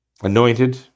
anointed